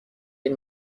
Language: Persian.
این